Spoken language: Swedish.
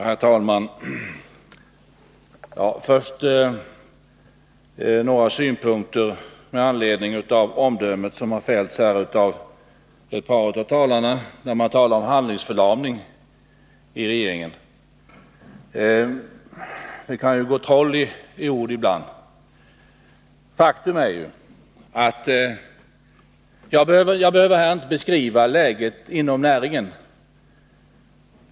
Herr talman! Jag vill först ge några synpunkter med anledning av de omdömen som fällts av ett par av talarna om handlingsförlamningen i regeringen. Det kan gå troll i ord ibland. Jag behöver inte här beskriva läget inom näringen.